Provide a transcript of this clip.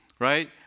right